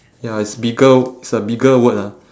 ya it's bigger it's a bigger word ah